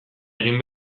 egin